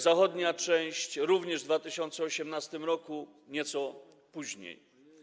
Zachodnia część - również w 2018 r., ale nieco później.